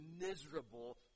miserable